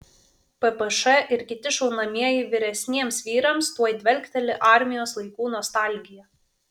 ppš ir kiti šaunamieji vyresniems vyrams tuoj dvelkteli armijos laikų nostalgija